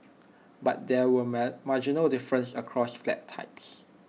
but there were marginal differences across flat types